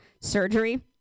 surgery